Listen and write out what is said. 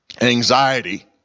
Anxiety